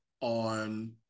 on